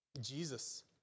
Jesus